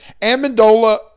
Amendola